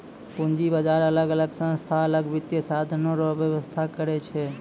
पूंजी बाजार अलग अलग संस्था अलग वित्तीय साधन रो व्यापार करै छै